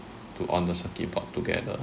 onto the circuit board together